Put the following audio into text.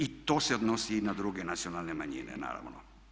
Zato i to se odnosi i na druge nacionalne manjine, naravno.